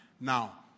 Now